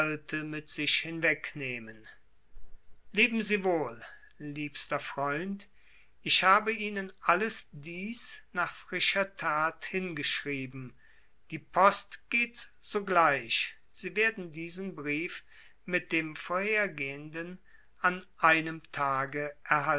mit sich hinwegnehmen leben sie wohl liebster freund ich habe ihnen alles dies nach frischer tat hingeschrieben die post geht sogleich sie werden diesen brief mit dem vorhergehenden an einem tage